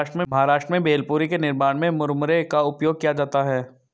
महाराष्ट्र में भेलपुरी के निर्माण में मुरमुरे का उपयोग किया जाता है